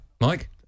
Mike